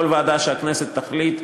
כל ועדה שהכנסת תחליט,